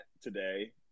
today